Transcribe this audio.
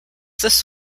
this